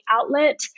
outlet